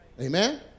Amen